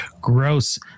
Gross